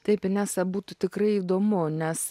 taip inesa būtų tikrai įdomu nes